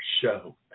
show